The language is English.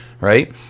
right